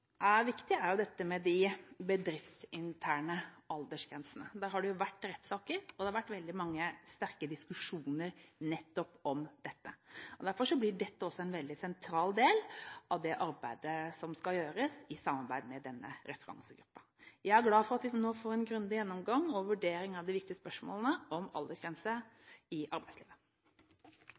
er viktig, er dette med de bedriftsinterne aldersgrensene. Der har det vært rettssaker, og det har vært veldig mange sterke diskusjoner nettopp om det. Derfor blir dette også en veldig sentral del av det arbeidet som skal gjøres i samarbeid med referansegruppen. Jeg er glad for at vi nå får en grundig gjennomgang og vurdering av de viktige spørsmålene om aldersgrense i arbeidslivet.